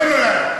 לא נולד.